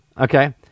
Okay